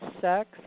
sex